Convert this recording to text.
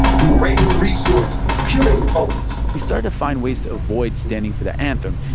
raiding resources, killing folks he started to find ways to avoid standing for the anthem.